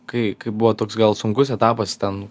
kai kai buvo toks gal sunkus etapas ten